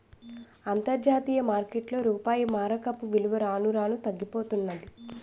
అంతర్జాతీయ మార్కెట్లో రూపాయి మారకపు విలువ రాను రానూ తగ్గిపోతన్నాది